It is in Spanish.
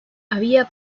había